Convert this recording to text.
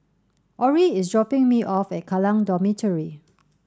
Orie is dropping me off at Kallang Dormitory